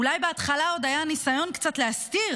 אולי בהתחלה עוד היה ניסיון קצת להסתיר